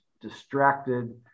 distracted